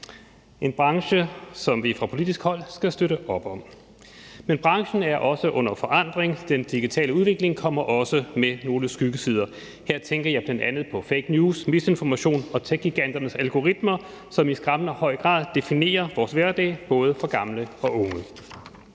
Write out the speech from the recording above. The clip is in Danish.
en branche, som vi fra politisk hold skal støtte op om. Men branchen er også under forandring. Den digitale udvikling kommer også med nogle skyggesider. Her tænker jeg bl.a. på fake news, misinformation og techgiganternes algoritmer, som i skræmmende høj grad definerer vores hverdag, både for gamle og unge.